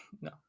no